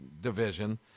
division